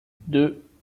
deux